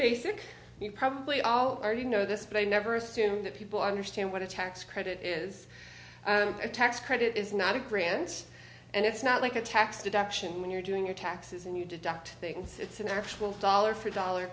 basic you probably already know this but i never assume that people understand what a tax credit is a tax credit is not a grant and it's not like a tax deduction when you're doing your taxes and you deduct things it's an actual dollar for dollar